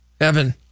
Evan